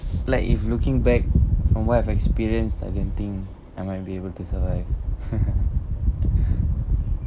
like if looking back from what I've experienced targeting I might be able to survive